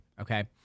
okay